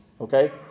Okay